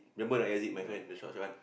remember a not Azit my friend the short short one